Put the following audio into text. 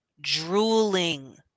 drooling